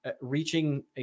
reaching